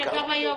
יש היום